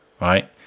right